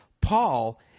Paul